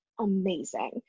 amazing